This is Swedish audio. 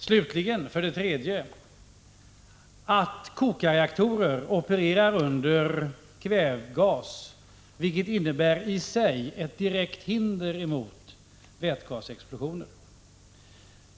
För det tredje slutligen framkom att kokarreaktorer opererar under kvävgas, vilket i sig innebär ett direkt hinder mot vätgasexplosioner.